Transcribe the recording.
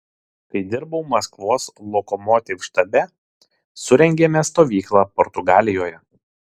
kai dirbau maskvos lokomotiv štabe surengėme stovyklą portugalijoje